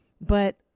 but-